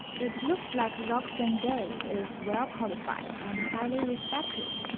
it looks like roxanne gay is well-qualified and highly respected.